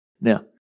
Now